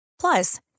Plus